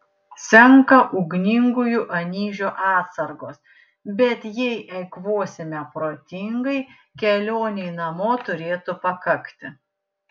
senka ugningųjų anyžių atsargos bet jei eikvosime protingai kelionei namo turėtų pakakti